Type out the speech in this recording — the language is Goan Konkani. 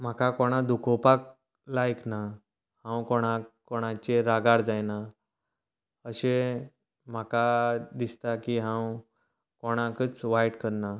म्हाका कोणाक दुखोवपाक लायक ना हांव कोणाक कोणाचेर रागार जायना अशें म्हाका दिसता की हांव कोणाकच वायट करना